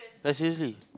like seriously